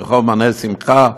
ברחוב מענה שמחה,